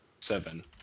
Seven